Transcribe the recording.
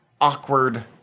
awkward